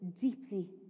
deeply